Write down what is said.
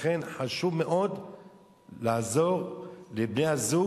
לכן חשוב מאוד לעזור לבני-הזוג,